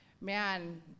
man